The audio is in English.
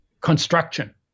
construction